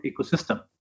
ecosystem